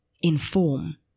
inform